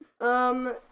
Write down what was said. Um-